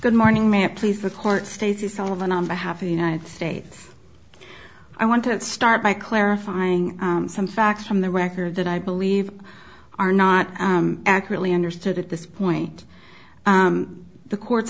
good morning may it please the court states you sullivan on behalf of the united states i want to start by clarifying some facts from the record that i believe are not accurately understood at this point the court